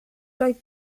doedd